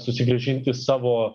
susigrąžinti savo